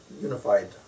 unified